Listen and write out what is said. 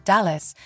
Dallas